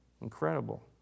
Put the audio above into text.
Incredible